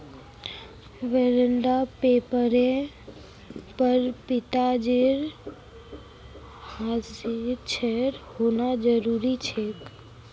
bond पेपरेर पर पिताजीर हस्ताक्षर होना जरूरी छेक